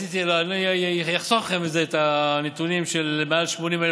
אני אחסוך לכם את הנתונים של מעל 80,000